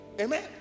amen